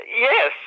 yes